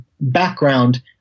background